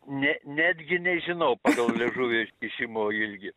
ne netgi nežinau pagal liežuvio iškišimo ilgį